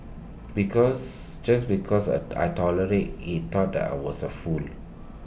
because just because A I tolerated he thought I was A fool